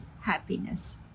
happiness